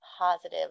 positive